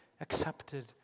accepted